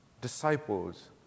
Disciples